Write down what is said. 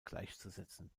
gleichzusetzen